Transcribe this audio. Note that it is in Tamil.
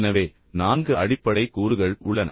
எனவே நான்கு அடிப்படை கூறுகள் உள்ளன